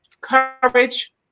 courage